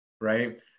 Right